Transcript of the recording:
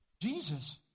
Jesus